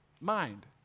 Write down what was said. mind